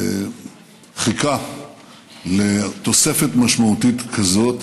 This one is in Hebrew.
חיכה לתוספת משמעותית כזאת.